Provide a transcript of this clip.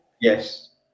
Yes